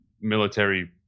military